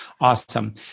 Awesome